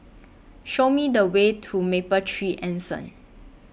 Show Me The Way to Mapletree Anson